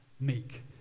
meek